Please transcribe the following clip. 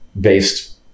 based